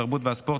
התרבות והספורט,